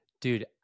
Dude